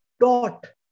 taught